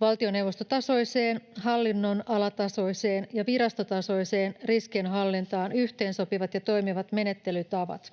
valtioneuvostotasoiseen, hallinnonalatasoiseen ja virastotasoiseen riskienhallintaan yhteensopivat ja toimivat menettelytavat